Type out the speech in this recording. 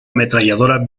ametralladora